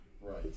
Right